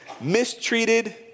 mistreated